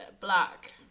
black